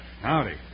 Howdy